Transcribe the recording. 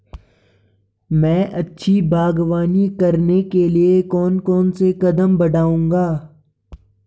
मैं अच्छी बागवानी करने के लिए कौन कौन से कदम बढ़ाऊंगा?